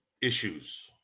issues